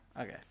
Okay